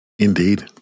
Indeed